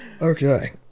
Okay